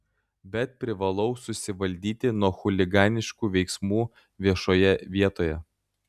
bet privalau susivaldyti nuo chuliganiškų veiksmų viešoje vietoje